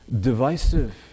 divisive